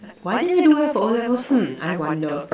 why didn't do well for o-levels hmm I wonder